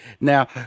Now